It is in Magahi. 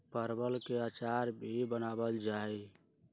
परवल के अचार भी बनावल जाहई